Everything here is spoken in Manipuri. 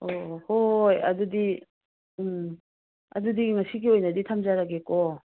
ꯑꯣ ꯑꯣ ꯍꯣꯏ ꯍꯣꯏ ꯍꯣꯏ ꯑꯗꯨꯗꯤ ꯎꯝ ꯑꯗꯨꯗꯤ ꯉꯁꯤꯒꯤ ꯑꯣꯏꯅꯗꯤ ꯊꯝꯖꯔꯒꯦꯀꯣ